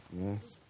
Yes